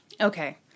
Okay